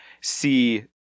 see